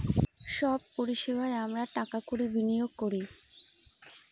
সব পরিষেবায় আমরা টাকা কড়ি বিনিয়োগ করি